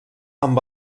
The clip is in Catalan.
amb